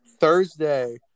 Thursday